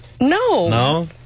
no